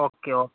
okay okay